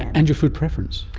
and your food preference.